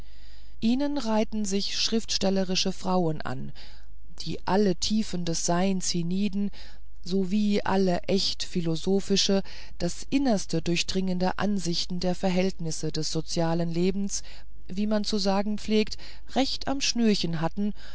ihnen reihten sich schriftstellerische frauen an die alle tiefen des seins hienieden sowie alle echt philosophische das innerste durchdringende ansichten der verhältnisse des sozialen lebens wie man zu sagen pflegt recht am schnürchen hatten